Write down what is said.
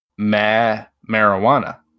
marijuana